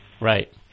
Right